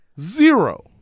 Zero